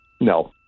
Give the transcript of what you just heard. No